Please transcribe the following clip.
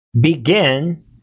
begin